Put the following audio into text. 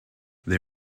they